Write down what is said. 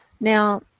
now